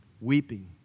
weeping